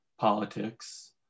politics